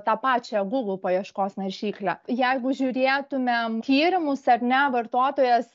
tą pačią google paieškos naršyklę jeigu žiūrėtumėm tyrimus ar ne vartotojas